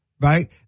right